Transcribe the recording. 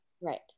Right